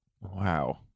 Wow